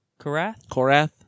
Korath